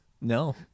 No